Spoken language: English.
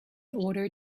order